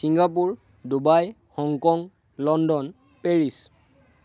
Singapore Dubai Hong Kong London Paris